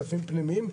פנימיים.